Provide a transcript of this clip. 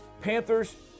Panthers